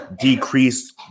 decrease